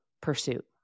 pursuit